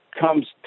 comes